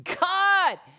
God